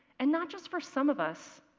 and not just for some of us,